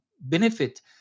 benefit